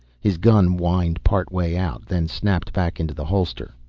his gun whined part way out, then snapped back into the holster.